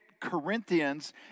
Corinthians